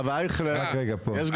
אתה